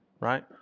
Right